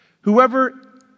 Whoever